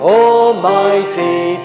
almighty